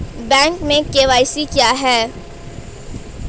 Bank में KYC क्या है?